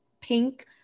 pink